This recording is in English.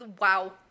Wow